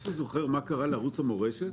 מישהו זוכר מה קרה לערוץ המורשת?